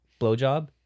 blowjob